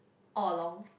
all along